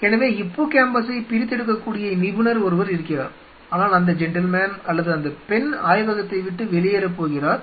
எனவே ஹிப்போகாம்பஸை பிரித்தெடுக்கக்கூடிய நிபுணர் ஒருவர் இருக்கிறார் ஆனால் அந்த ஜென்டில்மேன் அல்லது அந்த பெண் ஆய்வகத்தை விட்டு வெளியேறப் போகிறார்